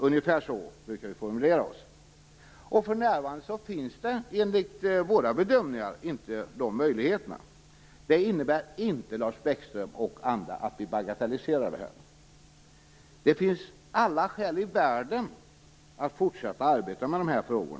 Ungefär så brukar vi formulera oss. För närvarande finns inte de möjligheterna, enligt våra bedömningar. Detta innebär inte, Lars Bäckström och andra, att utskottet bagatelliserar problemen. Det finns alla skäl i världen att fortsätta att arbeta med dessa frågor.